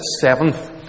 seventh